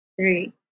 three